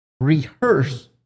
rehearse